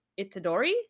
Itadori